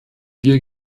wir